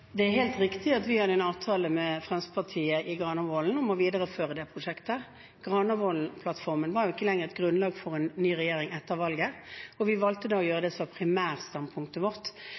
riktig at vi hadde en avtale med Fremskrittspartiet i Granavolden om å videreføre det prosjektet. Granavolden-plattformen var ikke lenger et grunnlag for en ny regjering etter valget, og vi valgte da å følge det som var primærstandpunktet vårt.